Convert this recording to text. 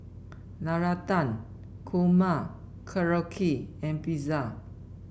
Navratan Korma Korokke and Pizza